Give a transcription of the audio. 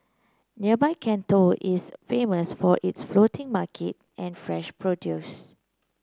nearby Can Tho is famous for its floating market and fresh produce